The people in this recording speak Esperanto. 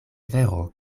vero